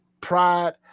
pride